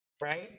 right